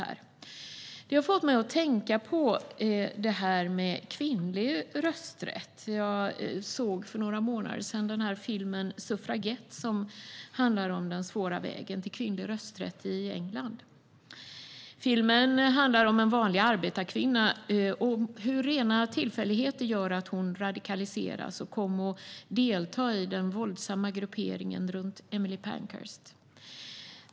Det har också fått mig att tänka på det här med kvinnlig rösträtt. Jag såg för några månader sedan filmen Suffragette , som handlar om den svåra vägen till kvinnlig rösträtt i England. Filmen handlar om en vanlig arbetarkvinna och hur rena tillfälligheter gör att hon radikaliseras och kommer att delta i den våldsamma grupperingen runt Emmeline Pankhurst.